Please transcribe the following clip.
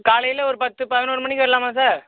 காலையில் ஒரு பத்து பதினொரு மணிக்கு வரலாமா சார்